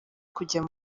kujya